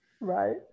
Right